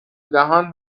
دهان